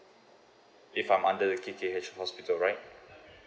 if I'm under the K_K_H hospital right